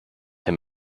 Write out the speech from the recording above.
him